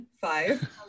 Five